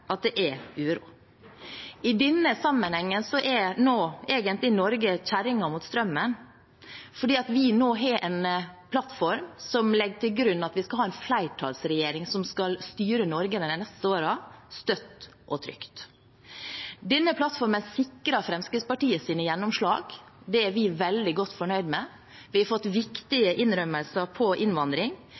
at det er uro. I denne sammenhengen er egentlig Norge kjerringa mot strømmen fordi vi nå har en plattform som legger til grunn at vi skal ha en flertallsregjering som skal styre Norge støtt og trygt de neste årene. Denne plattformen sikrer Fremskrittspartiets gjennomslag. Det er vi veldig godt fornøyd med. Vi har fått viktige innrømmelser når det gjelder innvandring,